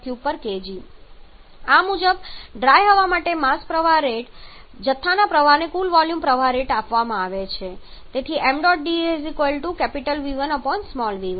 813 m3kg આ મુજબ dry હવા માટે માસ પ્રવાહ રેટ તેથી જથ્થાના પ્રવાહને કુલ વોલ્યુમ પ્રવાહ રેટ આપવામાં આવે છે અને ડ્રાય હવા સમગ્ર વોલ્યુમ માં રહેશે જેથી સ્પેસિફિક વોલ્યુમ દ્વારા વિભાજિત કરવામાં આવે